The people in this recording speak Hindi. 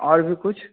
और भी कुछ